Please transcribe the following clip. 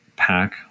pack